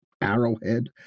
Arrowhead